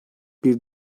bir